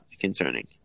concerning